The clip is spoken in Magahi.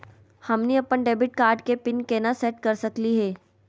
हमनी अपन डेबिट कार्ड के पीन केना सेट कर सकली हे?